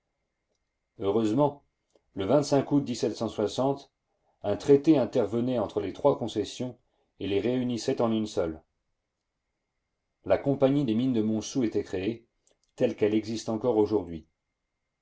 heureusement le août un traité intervenait entre les trois concessions et les réunissait en une seule la compagnie des mines de montsou était créée telle qu'elle existe encore aujourd'hui